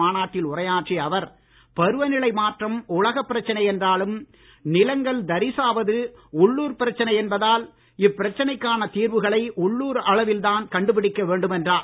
மாநாட்டில் உரையாற்றிய அவர் பருவநிலை மாற்றம் உலகப் பிரச்னை என்றாலும் நிலங்கள் தரிசாவது உள்ளுர் பிரச்னை என்பதால் இப்பிரச்னைக்கான தீர்வுகளை உள்ளுர் அளவில் தான் கண்டுபிடிக்க வேண்டும் என்றார்